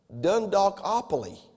Dundalkopoly